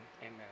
Amen